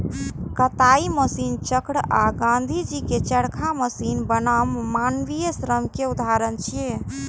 कताइ मशीनक चक्र आ गांधीजी के चरखा मशीन बनाम मानवीय श्रम के उदाहरण छियै